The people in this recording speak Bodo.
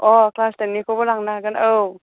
अ क्लास टेननिखौबो लांनो हागोन औ